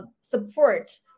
support